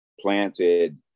planted